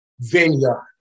Vineyard